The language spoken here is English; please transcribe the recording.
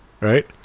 right